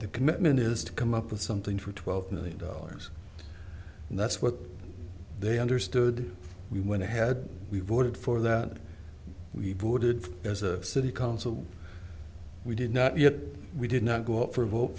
the commitment is to come up with something for twelve million dollars and that's what they understood we went to had we voted for that we voted as a city council we did not yet we did not go up for a vote